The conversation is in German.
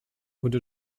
wurde